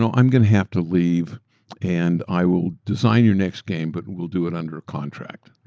so ai'm going to have to leave and i will design your next game, but and we'll do it under a contract.